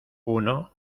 uno